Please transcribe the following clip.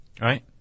right